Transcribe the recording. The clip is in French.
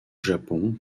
japon